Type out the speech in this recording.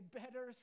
better